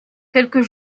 quelques